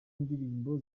indirimbo